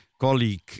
colleague